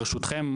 ברשותכם,